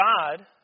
God